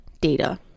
data